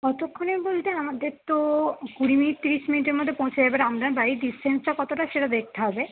কতক্ষণের বলতে আমাদের তো কুড়ি মিনিট তিরিশ মিনিটের মধ্যে পৌঁছে যাবে এবার আপনার বাড়ির ডিসটেন্সটা কতটা সেটা দেখতে হবে